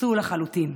פסול לחלוטין.